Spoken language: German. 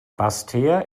basseterre